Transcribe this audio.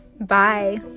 Bye